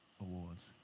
awards